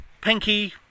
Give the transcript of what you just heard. pinky